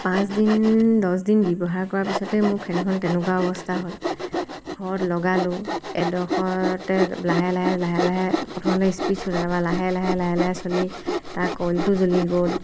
মই পাঁচদিন দহদিন ব্যৱহাৰ কৰাঁতে ফেনখন এনেকুৱা অৱস্থা হ'ল ঘৰত লগালোঁ এডোখৰতে লাহে লাহে লাহে লাহে প্ৰথমতে স্পীড চলিলে তাৰছত লাহে লাহে লাহে লাহে তাৰ কইলটো জ্বলি গ'ল